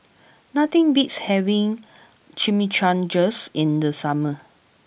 nothing beats having Chimichangas in the summer